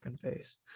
face